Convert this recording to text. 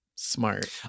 smart